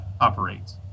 operates